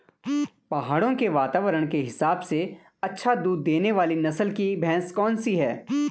पहाड़ों के वातावरण के हिसाब से अच्छा दूध देने वाली नस्ल की भैंस कौन सी हैं?